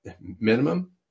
minimum